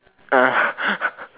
ah